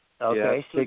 Okay